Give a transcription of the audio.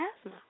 asthma